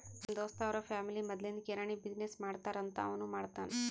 ನಮ್ ದೋಸ್ತ್ ಅವ್ರ ಫ್ಯಾಮಿಲಿ ಮದ್ಲಿಂದ್ ಕಿರಾಣಿ ಬಿಸಿನ್ನೆಸ್ ಮಾಡ್ತಾರ್ ಅಂತ್ ಅವನೂ ಮಾಡ್ತಾನ್